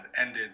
ended